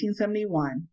1871